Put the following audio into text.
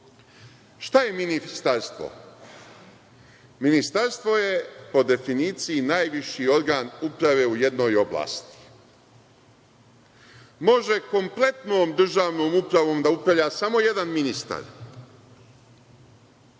Šta je ministarstvo? Ministarstvo je po definiciji najviši organ uprave u jednoj oblasti. Može kompletnom državnom upravom da upravlja samo jedan ministar.